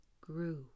grew